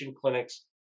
clinics